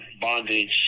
bondage